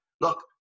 Look